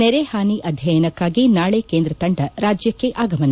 ನೆರೆಹಾನಿ ಅಧ್ಯಯನಕ್ಕಾಗಿ ನಾಳೆ ಕೇಂದ್ರ ತಂಡ ರಾಜ್ಯಕ್ಕೆ ಆಗಮನ